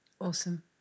Awesome